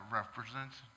represents